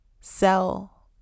sell